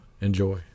enjoy